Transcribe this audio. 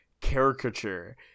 caricature